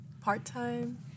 part-time